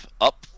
up